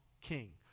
king